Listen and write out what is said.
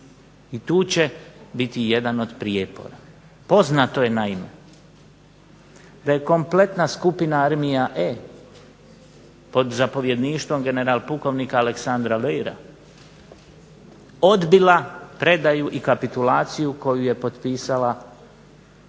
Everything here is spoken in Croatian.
i tu će biti jedan od prijepora. Poznato je naime da je kompletna skupina armija E pod zapovjedništvo general pukovnika Aleksandra Veira odbila predaju i kapitulaciju koju je potpisala